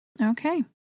Okay